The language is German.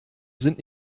sind